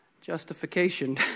justification